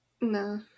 No